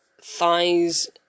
thighs